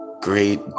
great